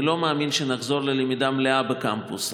אני לא מאמין שנחזור ללמידה מלאה בקמפוס,